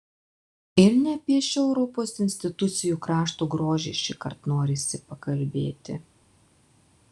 ir ne apie šio europos institucijų krašto grožį šįkart norisi pakalbėti